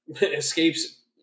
escapes